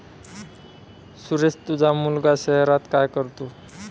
सुरेश तुझा मुलगा शहरात काय करतो